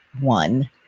one